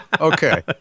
Okay